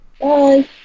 Bye